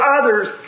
others